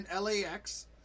LAX